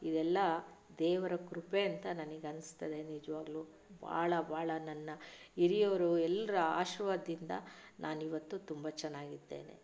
ಇವೆಲ್ಲಾ ದೇವರ ಕೃಪೆ ಅಂತ ನನಗೆ ಅನ್ನಿಸ್ತದೆ ನಿಜವಾಗ್ಲೂ ಭಾಳ ಭಾಳ ನನ್ನ ಹಿರಿಯರು ಎಲ್ಲರ ಆಶೀರ್ವಾದದಿಂದ ನಾನು ಇವತ್ತು ತುಂಬ ಚೆನ್ನಾಗಿದ್ದೇನೆ